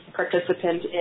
participant